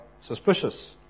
suspicious